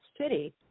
city